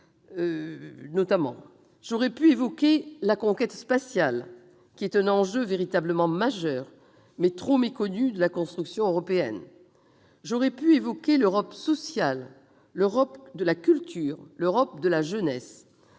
J'aurais pu évoquer la conquête spatiale, enjeu véritablement majeur, mais trop méconnu, de la construction européenne. J'aurais pu encore évoquer l'Europe sociale, l'Europe de la culture, l'Europe de la jeunesse.